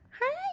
Hi